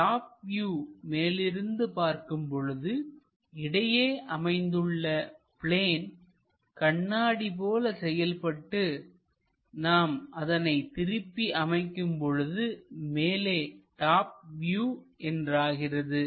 top view மேலிருந்து பார்க்கும் பொழுது இடையே அமைந்துள்ள பிளேன் கண்ணாடி போல செயல்பட்டு நாம் அதனை திருப்பி அமைக்கும் பொழுது மேலே டாப் வியூ என்றாகிறது